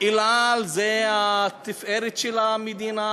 "אל על" זה התפארת של המדינה,